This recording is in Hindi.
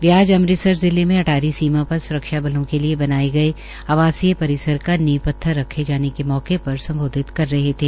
वे आज अमृतसर जिले में अटारी सीमा पर स्रक्षा बलों के लिये बनाये गये आवासीय परिसर का नीव पत्थर रखे जाने के मौके पर सम्बोधित कर रहे थे